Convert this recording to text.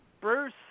Bruce